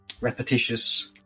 repetitious